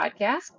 podcast